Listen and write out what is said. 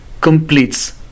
completes